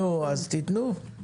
נו, אז תיתנו.